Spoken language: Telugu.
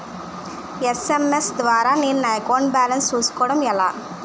ఎస్.ఎం.ఎస్ ద్వారా నేను నా అకౌంట్ బాలన్స్ చూసుకోవడం ఎలా?